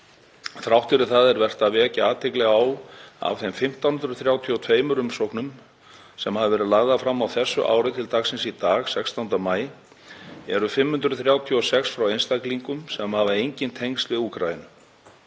Þrátt fyrir það er vert að vekja athygli á að af þeim 1.532 umsóknum sem hafa verið lagðar fram á þessu ári til dagsins í dag, 16. maí, eru 536 frá einstaklingum sem hafa engin tengsl við Úkraínu.